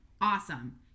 awesome